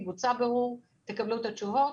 בוצע בירור ותקבלו את התשובות.